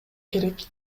керек